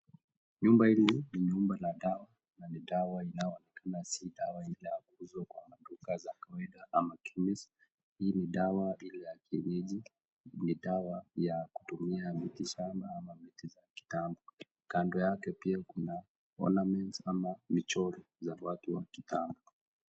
Nyumba hii ni nyumba ya dawa. Dawa ambayo inasambazwa na duka zingine . Hii ni sawa ile ya Kijiji , ni sawa ya kutumia mitishamba . Kando yake kuna ornaments ama michoro